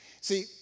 See